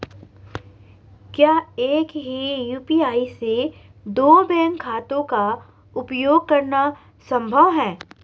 क्या एक ही यू.पी.आई से दो बैंक खातों का उपयोग करना संभव है?